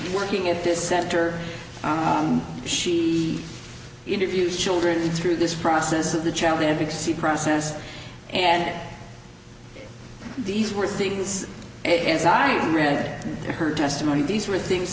working at this center she interviewed children through this process of the child advocacy process and these were things it as i read her testimony these were things